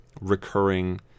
recurring